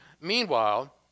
Meanwhile